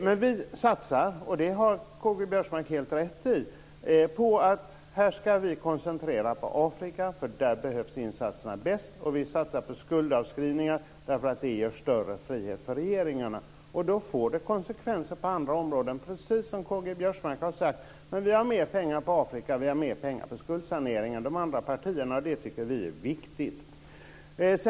Men vi koncentrerar oss på Afrika - det har K-G Biörsmark helt rätt i - för där behövs insatserna bäst, och vi satsar på skuldavskrivningar därför att det ger större frihet för regeringarna. Då får det konsekvenser på andra områden, precis som K.G. Biörsmark har sagt. Men vi har satsat mer pengar på Afrika och mer pengar på skuldsaneringen än de andra partierna. Det tycker vi är viktigt.